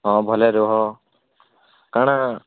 ହଁ ଭଲରେ ରୁହ କାଣା